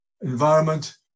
environment